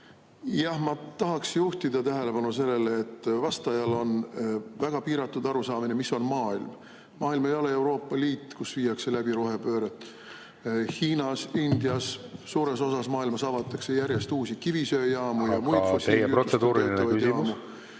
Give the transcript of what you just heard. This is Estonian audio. Jah, ma tahaks juhtida tähelepanu sellele, et vastajal on väga piiratud arusaamine sellest, mis on maailm. Maailm ei ole Euroopa Liit, kus viiakse läbi rohepööret. Hiinas, Indias ja suures osas maailmas avatakse järjest uusi kivisöejaamu ja muid …